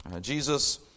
Jesus